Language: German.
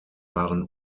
waren